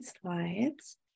slides